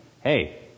hey